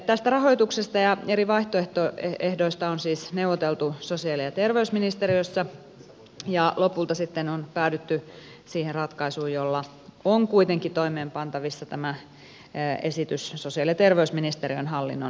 tästä rahoituksesta ja eri vaihtoehdoista on siis neuvoteltu sosiaali ja terveysministeriössä ja lopulta sitten on päädytty siihen ratkaisuun jolla on kuitenkin toimeenpantavissa tämä esitys sosiaali ja terveysministeriön hallinnonalan osalta